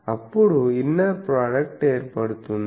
అప్పుడు inner product ఏర్పడుతుంది